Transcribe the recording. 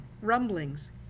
rumblings